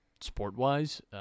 sport-wise